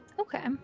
Okay